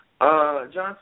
Johnson